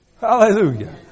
Hallelujah